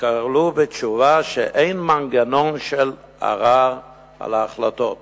נתקלו בתשובה שאין מנגנון של ערר על ההחלטות